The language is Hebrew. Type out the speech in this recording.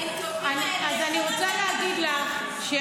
האתיופים האלה --- אני רוצה להגיד לך,